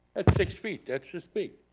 ah six feet, that's this big.